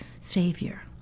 Savior